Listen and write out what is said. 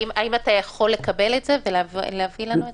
האם אתה יכול לקבל את הנתונים ולהעביר לנו אותם?